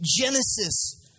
Genesis